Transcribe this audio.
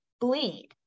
bleed